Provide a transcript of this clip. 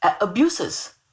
abuses